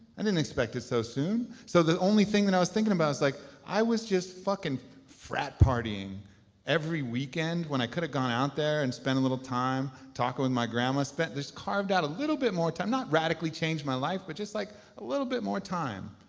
i didn't expect it so soon. so the only thing that i was thinking about is like i was just fucking frat partying every weekend when i could've gone out there and spent a little time talking with my grandma, spent, just carved out a little bit more time, not radically changed my life but just like a little bit more time.